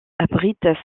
abrite